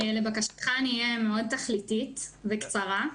לבקשתך, אני אהיה מאוד תכליתית וקצרה.